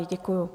Děkuju.